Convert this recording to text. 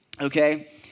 okay